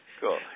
Cool